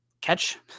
catch